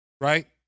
Right